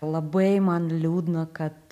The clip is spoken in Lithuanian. labai man liūdna kad